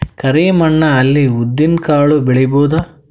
ಕರಿ ಮಣ್ಣ ಅಲ್ಲಿ ಉದ್ದಿನ್ ಕಾಳು ಬೆಳಿಬೋದ?